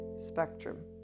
spectrum